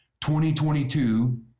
2022